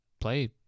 play